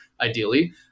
ideally